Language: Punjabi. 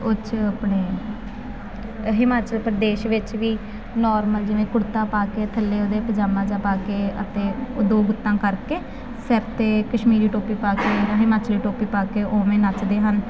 ਉਹ 'ਚ ਆਪਣੇ ਹਿਮਾਚਲ ਪ੍ਰਦੇਸ਼ ਵਿੱਚ ਵੀ ਨੋਰਮਲ ਜਿਵੇਂ ਕੁੜਤਾ ਪਾ ਕੇ ਥੱਲੇ ਉਹਦੇ ਪਜਾਮਾ ਜਿਹਾ ਪਾ ਕੇ ਅਤੇ ਉਹ ਦੋ ਗੁੱਤਾਂ ਕਰਕੇ ਸਿਰ 'ਤੇ ਕਸ਼ਮੀਰੀ ਟੋਪੀ ਪਾ ਕੇ ਹਿਮਾਚਲੀ ਟੋਪੀ ਪਾ ਕੇ ਉਵੇਂ ਨੱਚਦੇ ਹਨ